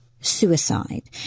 suicide